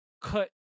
cut